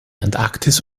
antarktis